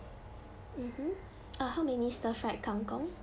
mmhmm uh how many stir fried kangkong